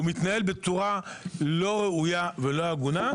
הוא מתנהל בצורה לא ראויה ולא הגונה.